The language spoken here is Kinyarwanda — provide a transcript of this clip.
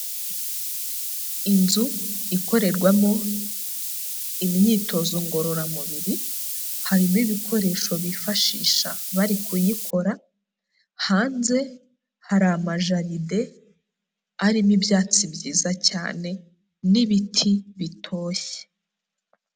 Inzu ikorerwamo imyitozo ngororamubiri, harimo ibikoresho bifashisha bari kuyikora, hanze hari amajaride, arimo ibyatsi byiza cyane n'ibiti bitoshye.